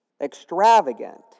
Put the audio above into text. extravagant